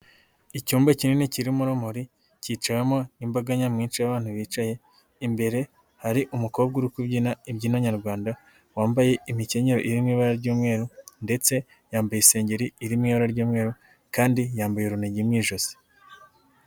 Icyumba kinini kirimo urumuri kicawemo imbaga nyamwinshi y'abantu bicaye imbere hari umukobwa uri kubyina imbyino nyarwanda, wambaye impinkeya irimo ibara ry'umweru, ndetse yambaye isengeri irimo ibara ry'umweru kandi yambaye urunigi mu ijosi.